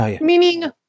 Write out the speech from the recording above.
meaning